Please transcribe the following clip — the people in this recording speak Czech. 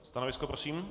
Stanovisko prosím.